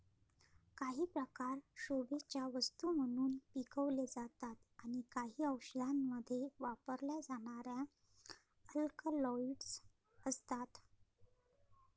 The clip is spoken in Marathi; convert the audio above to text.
काही प्रकार शोभेच्या वस्तू म्हणून पिकवले जातात आणि काही औषधांमध्ये वापरल्या जाणाऱ्या अल्कलॉइड्स असतात